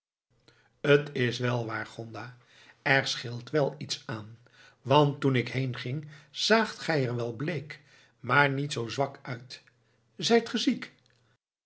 het is wel waar gonda er scheelt wel iets aan want toen ik heenging zaagt gij er wel bleek maar niet zoo zwak uit zijt